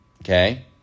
Okay